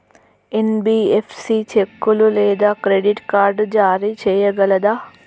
NBFC చెక్కులు లేదా credit card జారీ చేయగలదా?